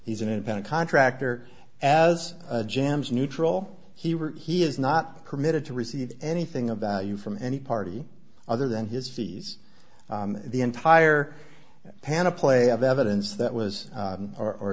he's an independent contractor as jams neutral he were he is not permitted to receive anything of value from any party other than his fees the entire pan of play of evidence that was